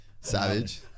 Savage